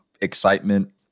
excitement